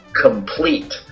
Complete